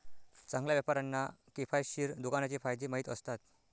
चांगल्या व्यापाऱ्यांना किफायतशीर दुकानाचे फायदे माहीत असतात